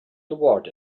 toward